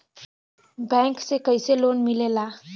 Bank से कइसे loan मिलेला?